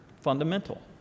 fundamental